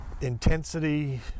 intensity